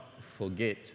forget